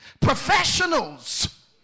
Professionals